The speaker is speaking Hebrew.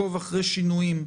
ב"עקוב אחר שינויים",